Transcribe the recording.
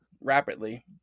Rapidly